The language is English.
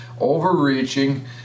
overreaching